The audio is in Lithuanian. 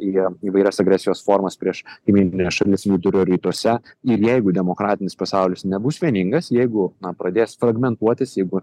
jie įvairios agresijos formos prieš kaimynines šalis vidurio rytuose ir jeigu demokratinis pasaulis nebus vieningas jeigu na pradės fragmentuotis jeigu